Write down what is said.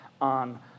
on